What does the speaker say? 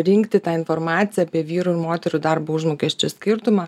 rinkti tą informaciją apie vyrų moterų darbo užmokesčio skirtumą